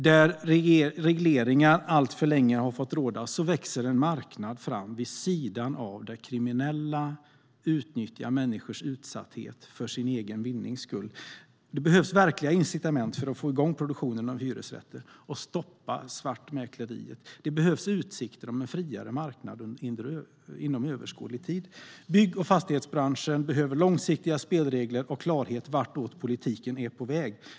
Där regleringar alltför länge fått råda växer en marknad fram vid sidan av, där kriminella utnyttjar människors utsatthet för sin egen vinnings skull. Det behövs verkliga incitament för att få igång produktionen av hyresrätter och stoppa svartmäkleriet. Det behövs utsikter om en friare marknad inom överskådlig tid. Bygg och fastighetsbranschen behöver långsiktiga spelregler och klarhet om vartåt politiken är på väg.